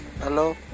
Hello